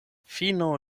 fino